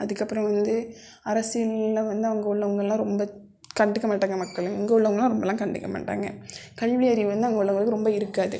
அதுக்கு அப்புறம் வந்து அரசியலில் வந்து அங்கே உள்ளவர்கெல்லாம் ரொம்ப கண்டுக்க மாட்டாங்க மக்களை இங்கே உள்ளவர்கெல்லாம் ரொம்பெலாம் கண்டுக்க மாட்டாங்க கல்வி அறிவு வந்து அங்கே உள்ளவர்களுக்கு ரொம்ப இருக்காது